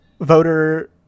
voter